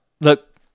look